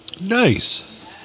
Nice